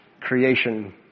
creation